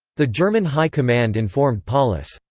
the german high command informed paulus,